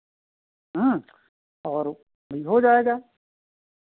हाँ और हो जाएगा